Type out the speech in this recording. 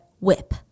whip